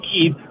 keep